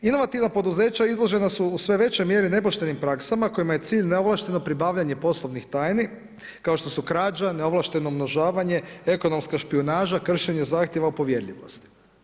Inovativna poduzeća izložena su u sve većoj mjeri nepoštenim praksama kojima je cilj neovlašteno pribavljanje poslovnih tajni kao što su krađa, neovlašteno umnožavanje, ekonomska špijunaža, kršenje zahtjeva o povjerljivosti.